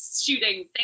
shooting